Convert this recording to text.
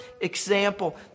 example